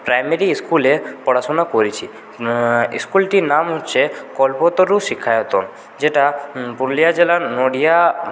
primary স্কুলে পড়াশোনা করেছি স্কুলটির নাম হচ্ছে কল্পতরু শিক্ষায়তন যেটা পুরুলিয়া জেলার নডিহা